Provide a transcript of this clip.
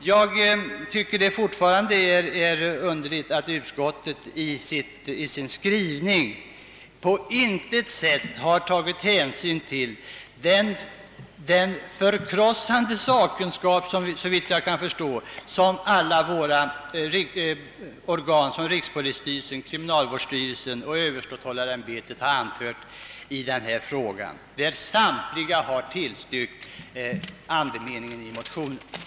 Jag finner det fortfarande underligt att utskottsmajoriteten i sin skrivning på intet sätt har tagit hänsyn till den förkrossande sakkunskap som, såvitt jag förstår, alla remissorgan besitter — såsom rikspolisstyrelsen, kriminalvårdsstyrelsen och överståthållarämbetet — har anfört i denna fråga. Samtliga har ju instämt i motionens yrkande.